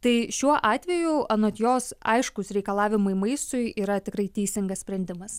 tai šiuo atveju anot jos aiškūs reikalavimai maistui yra tikrai teisingas sprendimas